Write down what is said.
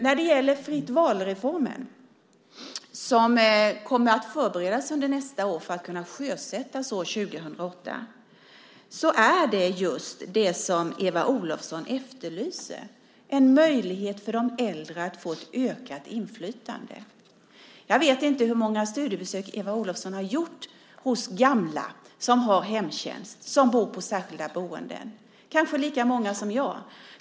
När det gäller reformen för fritt val kommer den att förberedas nästa år för att kunna sjösättas år 2008. Det är just det som Eva Olofsson efterlyste. Det är en möjlighet för de äldre att få ett ökat inflytande. Jag vet inte hur många studiebesök som Eva Olofsson har gjort hos gamla som har hemtjänst och som bor på särskilda boenden. Kanske är det lika många som jag.